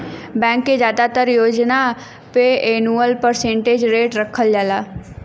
bank के जादातर योजना पे एनुअल परसेंटेज रेट रखल जाला